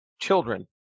children